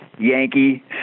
Yankee